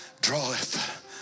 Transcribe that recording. draweth